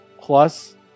plus